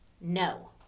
No